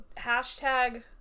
hashtag